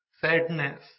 sadness